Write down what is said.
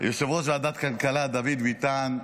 יושב-ראש ועדת כלכלה דוד ביטן,